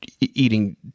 eating